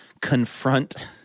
confront